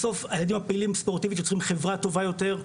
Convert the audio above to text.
בסוף הילדים הפעילים ספורטיבית יוצרים חברה טובה יותר,